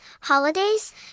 holidays